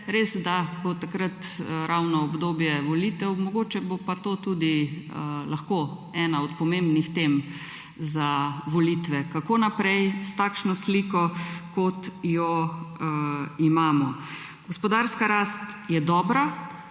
Resda bo takrat ravno obdobje volitev, mogoče bo pa to tudi lahko ena od pomembnih tem za volitve, kako naprej s takšno sliko, kot jo imamo. Gospodarska rast je dobra,